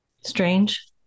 Strange